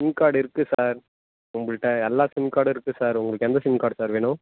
sim card இருக்குது sir எங்கள்கிட்ட எல்லா சிம் கார்டும் இருக்குது சார் உங்களுக்கு எந்த சிம் கார்டு சார் வேணும்